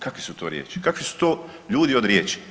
Kakve su to riječi, kakvi su to ljudi od riječi?